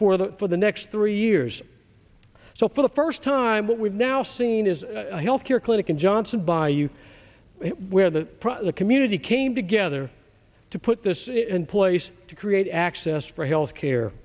for the for the next three years so for the first time we've now seen is a health care clinic in johnson by you where the the community came together to put this in place to create access for health care